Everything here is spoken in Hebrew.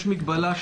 יש מגבלה,